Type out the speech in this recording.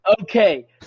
okay